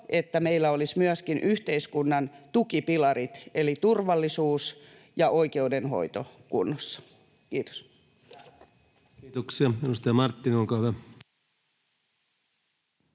että meillä olisivat myöskin yhteiskunnan tukipilarit eli turvallisuus ja oikeudenhoito kunnossa. — Kiitos. [Speech 191] Speaker: